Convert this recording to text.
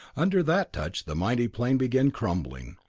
under that touch the mighty plane began crumbling,